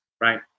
Right